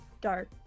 dark